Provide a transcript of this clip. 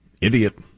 Idiot